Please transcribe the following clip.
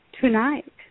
tonight